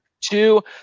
Two